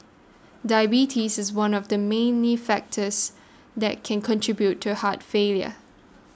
diabetes is one of the many factors that can contribute to heart failure